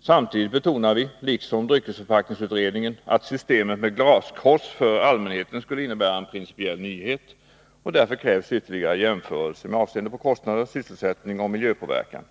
Samtidigt betonar vi, liksom dryckesförpackningsutredningen, att systemet med glaskross för allmänheten skulle innebära en principiell nyhet. Därför krävs ytterligare jämförelser med avseende på kostnader, sysselsättning och miljöpåverkan.